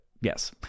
yes